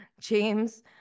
James